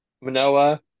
Manoa